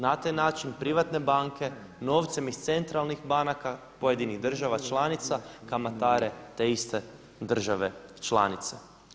Na taj način privatne banke novcem iz centralnih banaka pojedinih država članica kamatare te iste države članice.